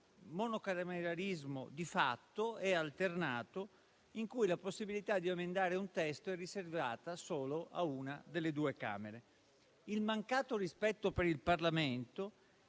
monocameralismo di fatto e alternato, in cui la possibilità di emendare un testo è riservata solo a una delle due Camere. Il mancato rispetto per il Parlamento